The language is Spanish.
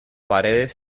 paredes